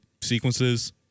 sequences